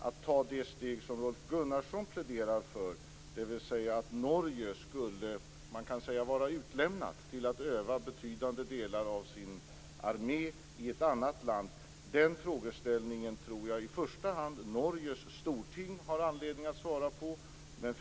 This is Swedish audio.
Att ta det steg som Rolf Gunnarsson pläderar för, dvs. att Norge skulle vara "utlämnat" till att öva betydande delar av sin armé i ett annat land, är en frågeställning som jag tror att i första hand Norges storting har anledning att ta ställning till.